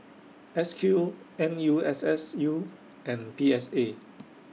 S Q N U S S U and P S A